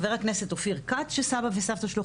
חבר הכנסת אופיר כץ שסבא וסבתא שלו,